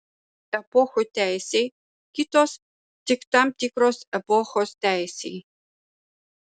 epochų teisei kitos tik tam tikros epochos teisei